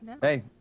hey